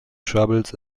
troubles